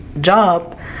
job